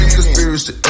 Conspiracy